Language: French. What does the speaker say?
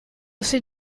ces